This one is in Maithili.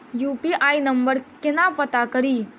यु.पी.आई नंबर केना पत्ता कड़ी?